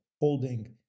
holding